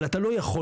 אבל אתה לא יכול,